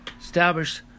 establish